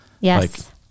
yes